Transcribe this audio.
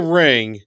ring